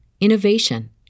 innovation